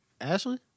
Ashley